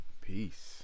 Peace